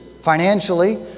financially